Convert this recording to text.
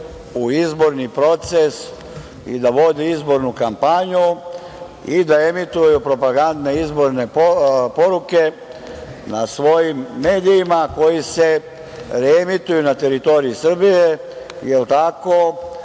u izborni proces i da vode izbornu kampanju i da emituju propagandne izborne poruke na svojim medijima koji se reemituju na teritoriji Srbije, jel tako,